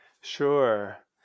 Sure